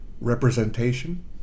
Representation